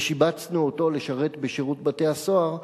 ושיבצנו אותו לשרת בשירות בתי-הסוהר,